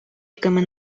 якими